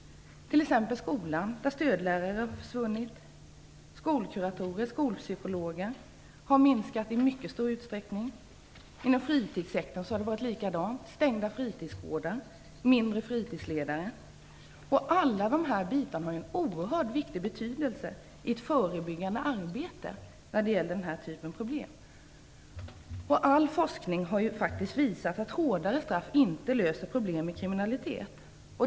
Från skolan har t.ex. stödlärare försvunnit, antalet skolkuratorer och skolpsykologer har minskat. Inom fritidssektorn har det varit likadant med stängda fritidsgårdar, färre fritidsledare. Allt detta har en oerhört stor betydelse för ett förebyggande arbete när det gäller den här typen av problem. All forskning har faktiskt visat att hårdare straff inte löser problemen med kriminalitet.